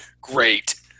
Great